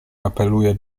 apeluje